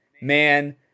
man